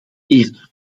eerder